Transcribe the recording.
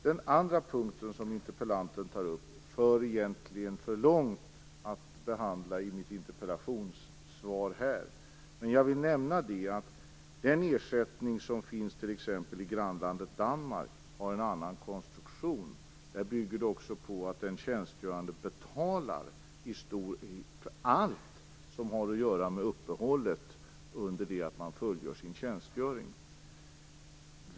Den andra punkten som interpellanten tar upp för egentligen för långt att behandla i mitt interpellationssvar här. Men jag vill nämna att den ersättning som finns i grannlandet Danmark har en annan konstruktion. Den bygger på att den tjänstgörande också betalar för allt som har att göra med uppehället under det att man fullgör sin tjänstgöring.